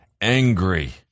angry